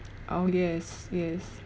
oh yes yes